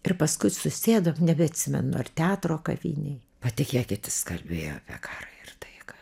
ir paskui susėdom nebeatsimenu ar teatro kavinėj patikėkit jis kalbėjo apie karą ir taiką